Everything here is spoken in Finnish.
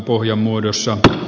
puhjon ehdotusta